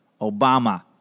Obama